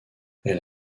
elle